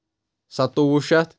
سَتوُہ شیٚتھ